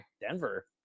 Denver